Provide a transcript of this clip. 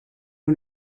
who